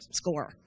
score